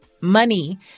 money